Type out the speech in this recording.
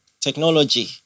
technology